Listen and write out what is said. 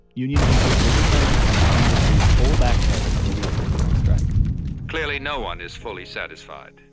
union teachers would return and receive full back pay for the weeks they'd been on strike clearly, no one is fully satisfied,